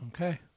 Okay